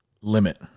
limit